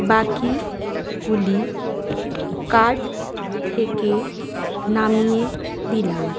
বাকিগুলি কার্ট থেকে নামিয়ে দিলাম